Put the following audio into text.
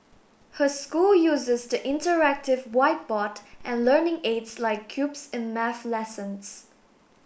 her school uses the interactive whiteboard and learning aids like cubes in maths lessons